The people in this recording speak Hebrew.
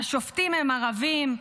השופטים הם ערבים,